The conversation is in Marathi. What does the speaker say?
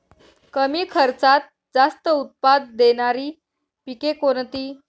कमी खर्चात जास्त उत्पाद देणारी पिके कोणती?